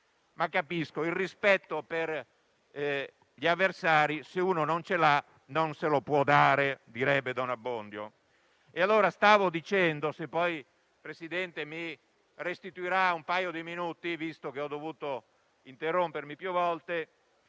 Ma - capisco - il rispetto per gli avversari, se uno non ce l'ha, non se lo può dare, direbbe don Abbondio. Stavo dicendo (se il Presidente mi restituirà un paio di minuti, visto che ho dovuto interrompermi più volte)